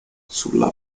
sulla